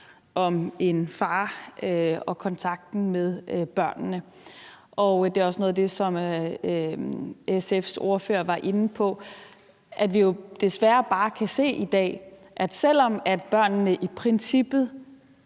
om en far og kontakten med børnene. Det er også noget af det, som SF's ordfører var inde på, nemlig at vi jo desværre bare kan se i dag, at selv om børnene i princippet